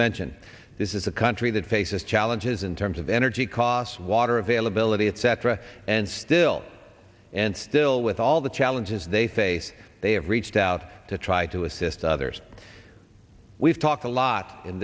mentioned this is a country that faces challenges in terms of energy costs water availability etc and still and still with all the challenges they face they have reached out to try to assist others we've talked a lot in